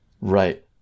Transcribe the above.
right